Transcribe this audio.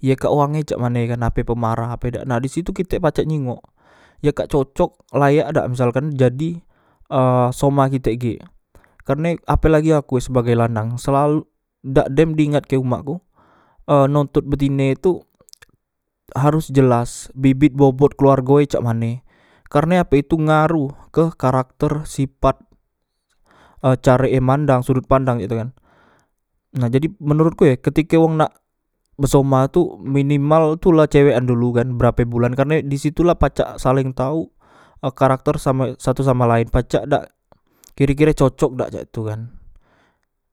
ye kak wonge cak mane kan ape pemarah ape dak nak nah diistu kitek pacak ninggok ye kak cocok layak dak misalkan jadi e soma kitek gek karne ape aku e sebagai lanang selalu dak dem diingatke umakku e nontot betine tu harus jelas bebet bobot keluargo e cak mane karne ape itu ngaruh ke karakter sipat e carek e mandang sudut pandang cak itu kan nah jadi menurutku e ketike wong nak besoma tu minimal la cewekan dulu kan berape bulan karne disitulah pacak saleng tau karakter satu sama lain pacak dak kire kire cocok dak cak tu kan,